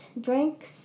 drinks